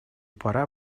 пора